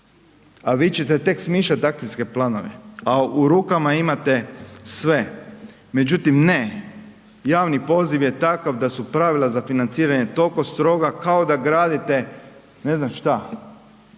a vi ćete tek smišljat akcijske planove, a u rukama imate sve. Međutim ne, javni poziv je takav da su pravila za financiranje toliko stroga kao da gradite ne znam šta,